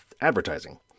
advertising